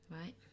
Right